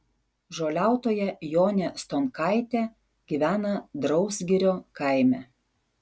žoliautoja jonė stonkaitė gyvena drausgirio kaime